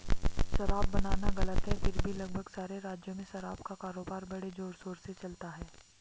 शराब बनाना गलत है फिर भी लगभग सारे राज्यों में शराब का कारोबार बड़े जोरशोर से चलता है